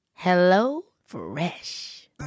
HelloFresh